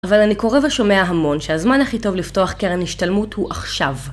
אבל אני קורא ושומע המון שהזמן הכי טוב לפתוח קרן השתלמות הוא עכשיו.